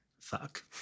Fuck